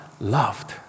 loved